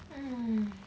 mm